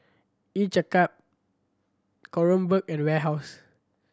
Each a Cup Kronenbourg and Warehouse